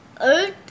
earth